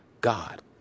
God